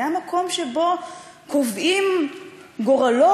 זה המקום שבו קובעים גורלות,